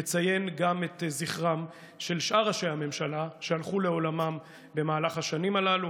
לציין גם את זכרם של שאר ראשי הממשלה שהלכו לעולמם במהלך השנים הללו.